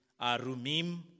arumim